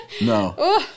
no